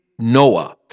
Noah